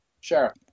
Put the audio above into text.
Sure